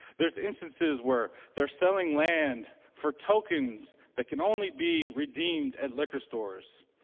there's instances where they are selling land for tokens that can only be redeemed at liquor stores.